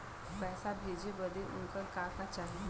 पैसा भेजे बदे उनकर का का चाही?